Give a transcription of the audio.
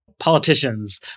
Politicians